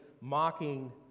mocking